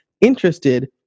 interested